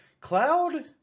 Cloud